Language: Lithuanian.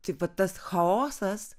taip pat tas chaosas